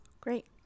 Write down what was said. great